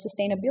sustainability